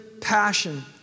passion